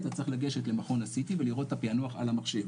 אתה צריך לגשת למכון ה-CT ולראות את הפיענוח על המחשב,